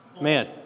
man